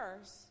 first